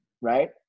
right